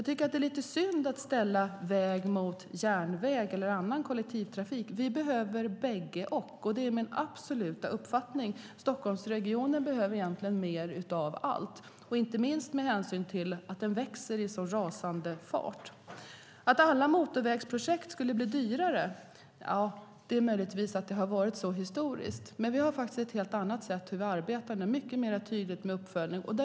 Det är lite synd att ställa väg mot järnväg eller annan kollektivtrafik. Vi behöver både och. Det är min absoluta uppfattning. Stockholmregionen behöver egentligen mer av allt, inte minst med hänsyn till att den växer i så rasande fart. Det har möjligtvis varit så historiskt att alla motorvägsprojekt blir dyrare. Vi har ett helt annat sätt för hur vi arbetar med mycket mer tydlig uppföljning.